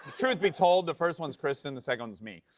truth be told, the first one's kristen, the second one's me.